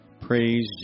Praise